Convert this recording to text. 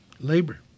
labor